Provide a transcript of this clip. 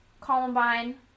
Columbine